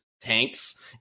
tanks